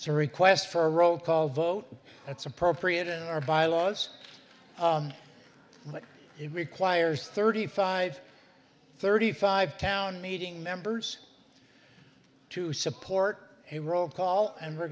sir request for a roll call vote that's appropriate in our bylaws but it requires thirty five thirty five town meeting members to support a roll call and we're